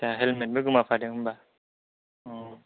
आटसा हेलमेटबो गोमाफादों होनबा